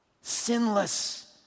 Sinless